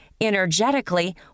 energetically